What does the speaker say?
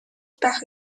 байх